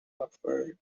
preferred